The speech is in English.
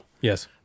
Yes